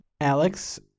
Alex